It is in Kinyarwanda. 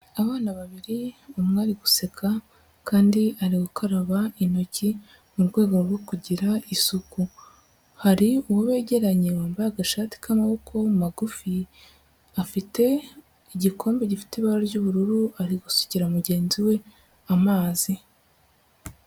Abana babiri umwe ari guseka kandi ari gukaraba intoki mu rwego rwo kugira isuku, hari uwo begeranye wambaye agashati k'amaboko magufi, afite igikombe gifite ibara ry'ubururu ari gusukira mugenzi we amazi.